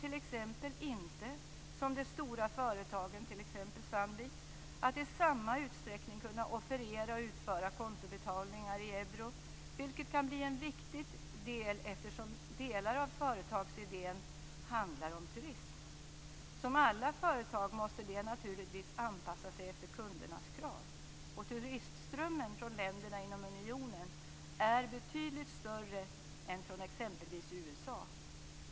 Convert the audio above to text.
De kommer inte som de stora företagen, t.ex. Sandvik, att i samma utsträckning kunna offerera och utföra kontobetalningar i euro, vilket kan bli viktigt eftersom delar av företagsidén handlar om turism. Som alla företag måste de naturligtvis anpassa sig efter kundernas krav. Och turistströmmen från länderna inom unionen är betydligt större än från t.ex. USA.